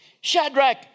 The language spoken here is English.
Shadrach